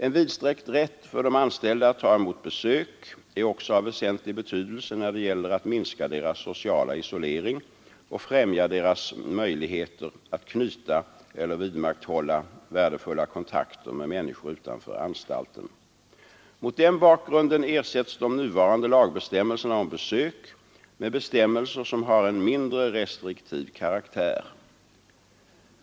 En vidsträckt rätt för de intagna att ta emot besök är också av väsentlig betydelse när det gäller att minska deras sociala isolering och främja deras möjligheter att knyta eller vidmakthålla värdefulla kontakter med människor utanför anstalten. Mot den bakgrunden ersätts de nuvarande lagbestämmelserna om besök med bestämmelser som har en mindre restriktiv karaktär.